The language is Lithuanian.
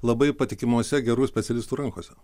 labai patikimose gerų specialistų rankose